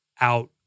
out